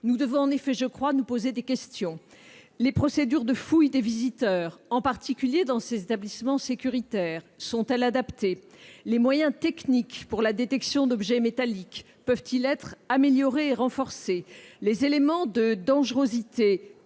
nous posant un certain nombre de questions. Les procédures de fouille des visiteurs, en particulier dans ces établissements sécuritaires, sont-elles adaptées ? Les moyens techniques permettant de détecter les objets métalliques peuvent-ils être améliorés et renforcés ?